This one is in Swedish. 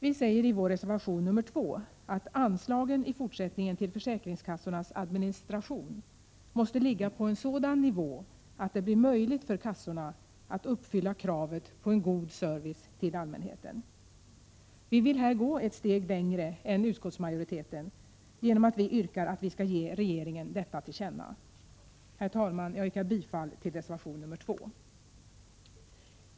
I reservation 2 säger folkpartirepresentanterna i utskottet att anslagen till försäkringskassornas administration i fortsättningen måste ligga på en sådan nivå att det blir möjligt för kassorna att uppfylla kravet på en god service till allmänheten. Vi vill här gå ett steg längre än utskottsmajoriteten genom att vi yrkar att riksdagen skall ge regeringen detta till känna. Herr talman! Jag yrkar bifall till reservation 2.